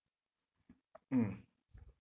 mm